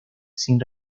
sin